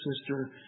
sister